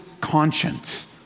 conscience